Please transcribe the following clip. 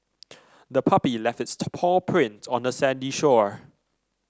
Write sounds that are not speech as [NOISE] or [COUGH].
the puppy left its [UNINTELLIGIBLE] paw prints on the sandy shore